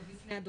וכמה בכלל,